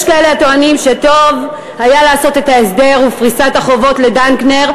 יש כאלה הטוענים שטוב היה לעשות את ההסדר ופריסת החובות לדנקנר,